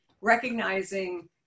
recognizing